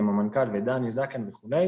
עם המנכ"ל ודני זקן וכו'.